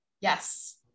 yes